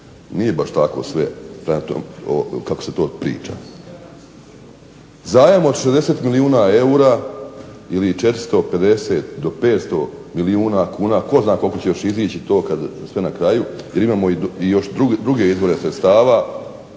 Nije baš tako sve kako se to priča. Zajam od 60 milijuna eura ili 450 do 500 milijuna kuna, tko zna koliko će još izić to sve na kraju jer imamo i druge izvore sredstava